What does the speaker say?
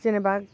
जेनेबा